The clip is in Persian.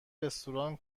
رستوران